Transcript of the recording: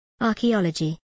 archaeology